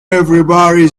everybody